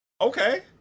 Okay